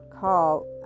call